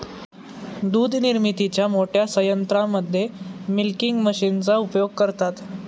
दूध निर्मितीच्या मोठ्या संयंत्रांमध्ये मिल्किंग मशीनचा उपयोग करतात